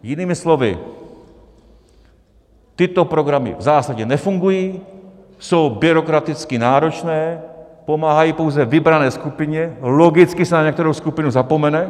Jinými slovy, tyto programy v zásadě nefungují, jsou byrokraticky náročné, pomáhají pouze vybrané skupině, logicky se na některou skupinu zapomene.